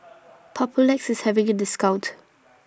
Papulex IS having A discount